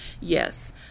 Yes